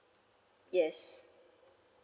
yes